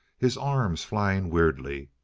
his arms flying weirdly.